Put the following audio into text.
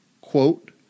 quote